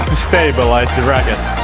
stabilize the racket